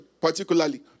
particularly